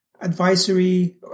advisory